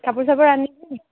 কাপোৰ চাপোৰ আনিলি নেকি